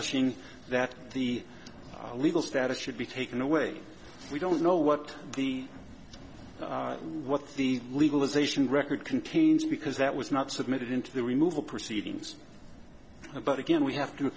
ing that the legal status should be taken away we don't know what the what the legalization record contains because that was not submitted into the removal proceedings but again we have t